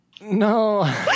no